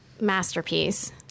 masterpiece